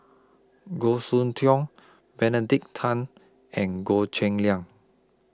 Goh Soon Tioe Benedict Tan and Goh Cheng Liang